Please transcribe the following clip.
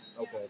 Okay